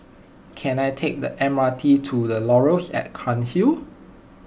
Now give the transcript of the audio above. can I take the M R T to the Laurels at Cairnhill